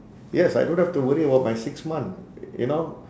yes I don't have to worry about my six month you know